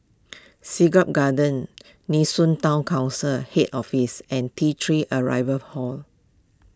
Siglap Gardens Nee Soon Town Council Head Office and T three Arrival